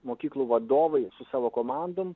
mokyklų vadovai su savo komandom